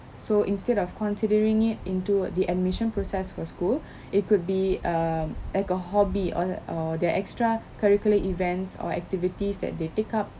so instead of considering it into the admission process for school it could be um like a hobby or or their extracurricular events or activities that they pick up